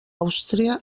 àustria